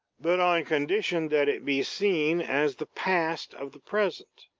but od condition that it be seen as the past of the present,